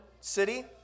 city